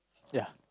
ya